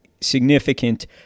significant